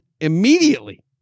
immediately